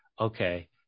Okay